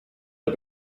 der